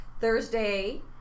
Thursday